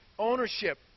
Ownership